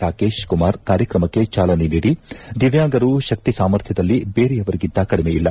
ರಾಕೇಶ್ ಕುಮಾರ್ ಕಾರ್ಯಕ್ರಮಕ್ಕೆ ಚಾಲನೆ ನೀಡಿ ದಿವ್ಯಾಂಗರು ಶಕ್ತಿ ಸಾಮರ್ಥ್ಯದಲ್ಲಿ ಬೇರೆಯವರಿಗಿಂತ ಕಡಿಮೆಯಿಲ್ಲ